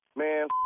man